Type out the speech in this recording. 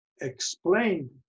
Explain